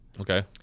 okay